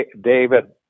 David